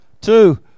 two